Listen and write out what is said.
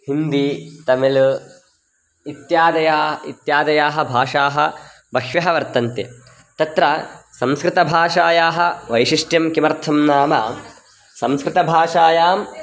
हिन्दी तमिल् इत्याद्यः इत्याद्यः भाषाः बह्व्यः वर्तन्ते तत्र संस्कृतभाषायाः वैशिष्ट्यं किमर्थं नाम संस्कृतभाषायां